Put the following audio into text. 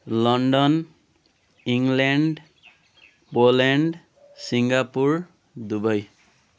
London England Poland Singapore Dubai